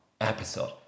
episode